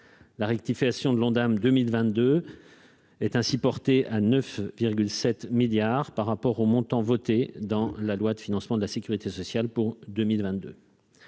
la rectification de l'Ondam 2022 est ainsi porté à 9,7 milliards par rapport au montant voté dans la loi de financement de la Sécurité sociale pour 2022